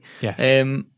Yes